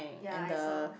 ya I saw